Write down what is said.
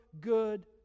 good